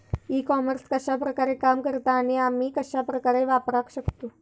E commerce कश्या प्रकारे काम करता आणि आमी कश्या प्रकारे वापराक शकतू?